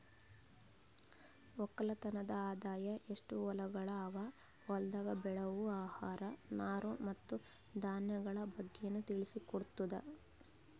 ಒಕ್ಕಲತನದ್ ಆದಾಯ, ಎಸ್ಟು ಹೊಲಗೊಳ್ ಅವಾ, ಹೊಲ್ದಾಗ್ ಬೆಳೆವು ಆಹಾರ, ನಾರು ಮತ್ತ ಧಾನ್ಯಗೊಳ್ ಬಗ್ಗೆನು ತಿಳಿಸಿ ಕೊಡ್ತುದ್